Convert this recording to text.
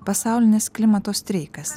pasaulinis klimato streikas